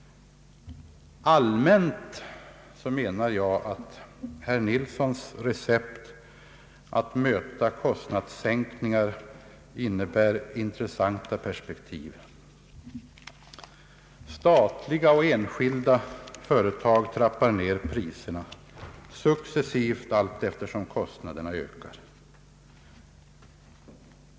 Allmänt anser jag att herr Nilssons recept att möta kostnadssänkningar innebär intressanta perspektiv. Statliga och enskilda företag trappar ner priserna successivt, allteftersom kostnaderna ökar.